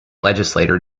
legislature